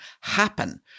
happen